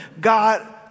God